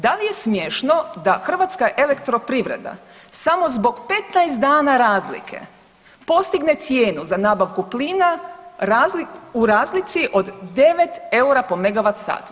Da li je smiješno da Hrvatska elektroprivreda samo zbog petnaest sana razlike postigne cijenu za nabavku plina u razlici od 9 eura po mega vat satu.